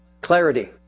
Clarity